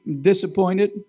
disappointed